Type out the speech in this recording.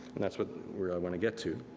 and that's what we are going to get to.